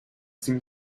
sin